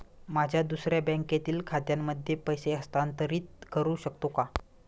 माझ्या दुसऱ्या बँकेतील खात्यामध्ये पैसे हस्तांतरित करू शकतो का?